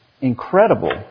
incredible